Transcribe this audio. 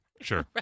Sure